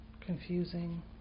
confusing